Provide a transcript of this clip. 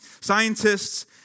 Scientists